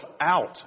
out